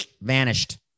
vanished